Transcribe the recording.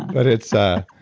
but it's. ah